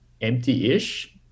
empty-ish